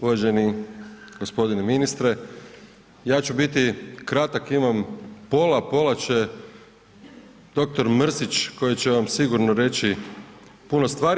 Uvaženi gospodine ministre, ja ću biti kratak imam pola, pola će doktor Mrsić koji će vam sigurno reći puno stvari.